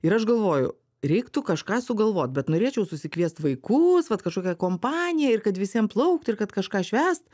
ir aš galvoju reiktų kažką sugalvot bet norėčiau susikviest vaikus vat kažkokią kompaniją ir kad visiem plaukti ir kad kažką švęst